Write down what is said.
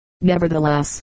Nevertheless